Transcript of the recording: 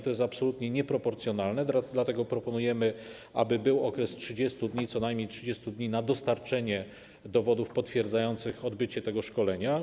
To jest absolutnie nieproporcjonalne, dlatego proponujemy, aby był okres 30 dni, co najmniej 30 dni, na dostarczenie dowodów potwierdzających odbycie tego szkolenia.